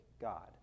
God